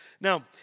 Now